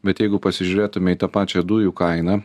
bet jeigu pasižiūrėtume į tą pačią dujų kainą